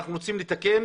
ואנחנו רוצים לתקן